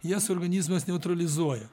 jas organizmas neutralizuoja